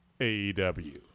aew